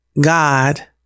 God